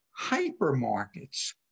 hypermarkets